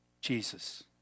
Jesus